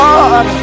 God